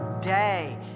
day